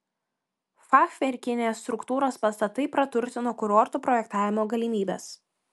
fachverkinės struktūros pastatai praturtino kurortų projektavimo galimybes